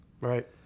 right